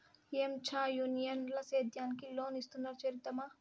ఏంచా యూనియన్ ల సేద్యానికి లోన్ ఇస్తున్నారు చేరుదామా